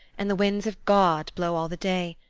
and the winds of god blow all the day?